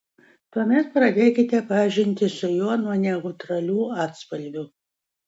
tuomet pradėkite pažintį su juo nuo neutralių atspalvių